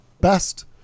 best